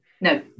No